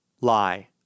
Lie